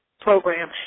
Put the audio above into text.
program